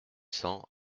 cents